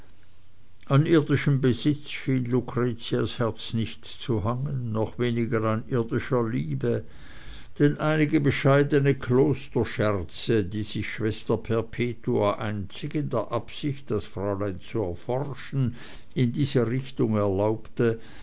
an irdischem besitz schien lucretias herz nicht zu hangen noch weniger an irdischer liebe denn einige bescheidene klosterscherze die sich schwester perpetua einzig in der absicht das fräulein zu erforschen in dieser richtung erlaubte